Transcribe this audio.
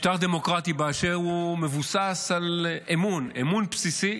משטר דמוקרטי באשר הוא מבוסס על אמון, אמון בסיסי